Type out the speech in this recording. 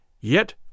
Yet